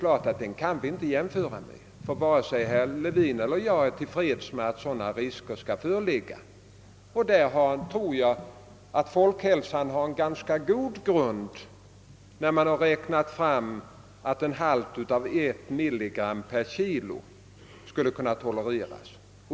Varken herr Levin eller jag är emellertid till freds med att det föreligger risker, och jag tror att institutet för folkhälsan har en ganska god grund för beräkningen att en halt av ett milligram per kilo skulle kunna tolereras.